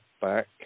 back